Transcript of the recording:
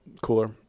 cooler